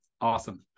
Awesome